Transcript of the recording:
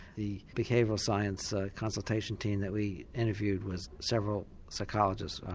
the behavioural science ah consultation team that we interviewed was several psychologists,